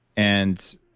and,